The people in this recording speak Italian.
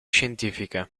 scientifiche